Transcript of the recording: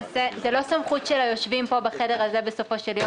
זאת לא סמכות של היושבים פה בחדר הזה בסופו של יום.